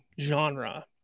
genre